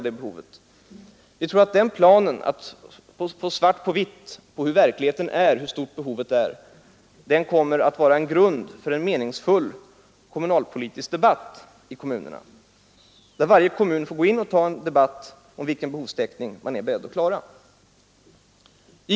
Därigenom får man svart på vitt på hur verkligheten ser ut. Vi tror att denna plan kommer att utgöra grunden för en meningsfull kommunalpolitisk debatt. Varje kommun får ta en debatt om vilken behovstäckning man är beredd att klara.